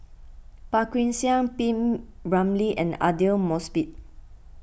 Phua Kin Siang P Ramlee and Aidli Mosbit